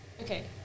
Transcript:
Okay